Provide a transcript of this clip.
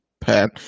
Pat